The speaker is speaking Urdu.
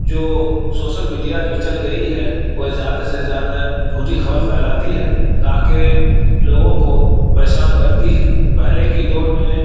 جو شوشل میڈیا جو چل گئی ہے وہ زیادہ سے زیادہ جھوٹی خبر پھیلاتی ہے تاکہ لوگوں کو پریشان کرتی ہے پہلے کی دور میں